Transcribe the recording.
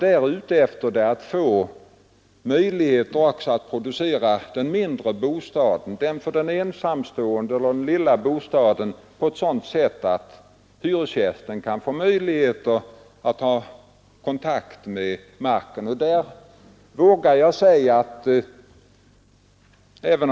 Stödåtgärder för tomma lägenheter kommer självfallet att kosta pengar, och jag redovisar detta för att göra klart att det inte är så att vi har avstått från att göra insatser för att motverka höga kostnader.